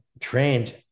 trained